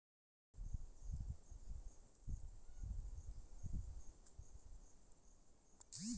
भारत के सकल घरेलू उत्पाद म चउदा परतिसत के आसपास योगदान कृषि के हे